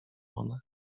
one